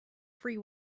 free